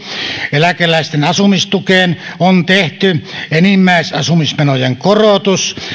eläkeläisten asumistukeen on tehty enimmäisasumismenojen korotus